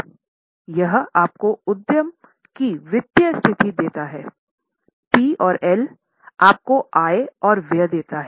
यह आपको उद्यम की वित्तीय स्थिति देता है P और L आपको आय और व्यय देता है